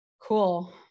Cool